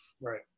Right